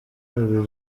uru